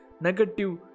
negative